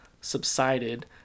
subsided